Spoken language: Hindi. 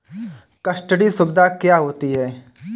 कस्टडी सुविधा क्या होती है?